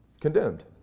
Condemned